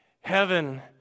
heaven